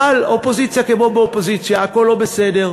אבל אופוזיציה כמו באופוזיציה, הכול לא בסדר.